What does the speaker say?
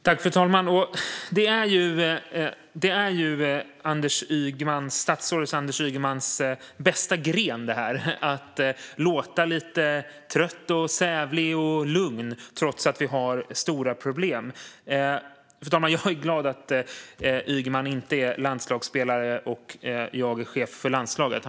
Fru talman! Det här är statsrådet Anders Ygemans bästa gren: att låta lite trött, sävlig och lugn trots att vi har stora problem. Fru talman! Jag är glad att Ygeman inte är landslagsspelare och jag chef för landslaget.